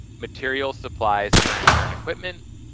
material supplies, furniture, and equipment,